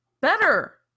better